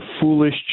foolish